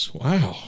wow